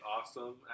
awesome